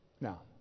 Now